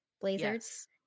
blazers